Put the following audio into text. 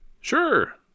sure